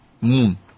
Moon